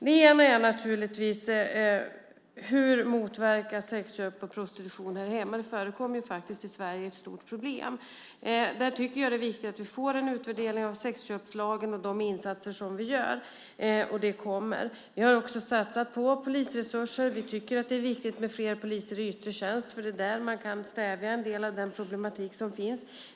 Det ena är naturligtvis: Hur ska man motverka sexköp och prostitution här hemma? Det förekommer ju faktiskt i Sverige och är ett stort problem. Där tycker jag att det är viktigt att vi får en utvärdering av sexköpslagen och de insatser som vi gör, och det kommer. Vi har också satsat på polisresurser. Vi tycker att det är viktigt med fler poliser i yttre tjänst, för det är där man kan stävja en del av den problematik som finns.